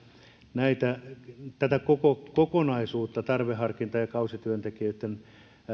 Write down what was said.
tätä koko kokonaisuutta tarveharkintaa ja kausityöntekijöitten